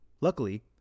Luckily